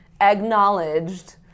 acknowledged